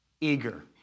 eager